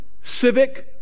civic